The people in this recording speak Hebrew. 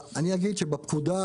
בפקודה,